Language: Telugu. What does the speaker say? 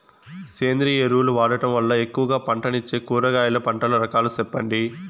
సేంద్రియ ఎరువులు వాడడం వల్ల ఎక్కువగా పంటనిచ్చే కూరగాయల పంటల రకాలు సెప్పండి?